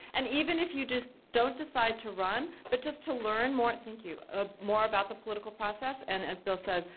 and even if you just don't decide to run, but just to learn more thank you ah more about the political process. and as bill says,